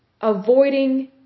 avoiding